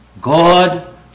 God